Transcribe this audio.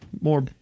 more